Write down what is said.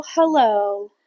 hello